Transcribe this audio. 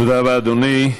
תודה רבה, אדוני.